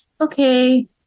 okay